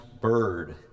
bird